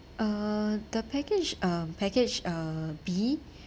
uh the package uh package uh B where